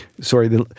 Sorry